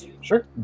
Sure